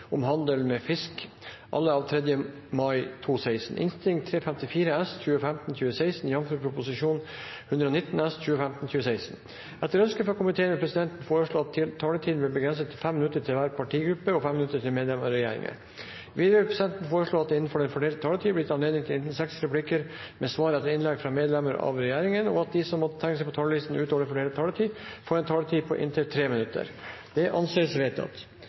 om at møtet i dag fortsetter utover kl. 16. Etter ønske fra justiskomiteen vil presidenten foreslå at taletiden blir begrenset til 10 minutter til hver partigruppe og 10 minutter til medlemmer av regjeringen. Videre vil presidenten foreslå at det – innenfor den fordelte taletid – blir gitt anledning til replikkordskifte på inntil seks replikker med svar etter innlegg fra medlemmer av regjeringen, og at de som måtte tegne seg på talerlisten utover den fordelte taletid, får en taletid på inntil 3 minutter. – Det anses vedtatt.